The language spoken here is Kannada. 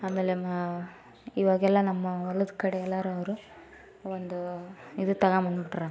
ಆಮೇಲೆ ಮ ಇವಾಗೆಲ್ಲ ನಮ್ಮ ಹೊಲದ ಕಡೆ ಎಲ್ಲರವ್ರು ಒಂದು ಇದು ತಗೊಂಡ್ಬಂದ್ಬಿಟ್ರಾ